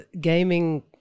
gaming